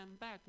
back